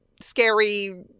scary